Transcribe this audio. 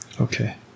Okay